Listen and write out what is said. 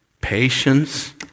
patience